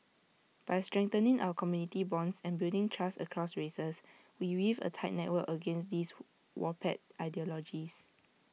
by strengthening our community bonds and building trust across races we weave A tight network against these who warped ideologies